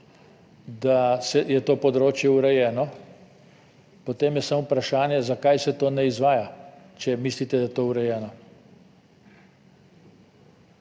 da je to področje urejeno, potem je samo vprašanje, zakaj se to ne izvaja, če mislite, da je to urejeno?